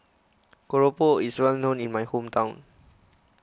Keropok is well known in my hometown